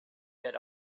get